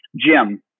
Jim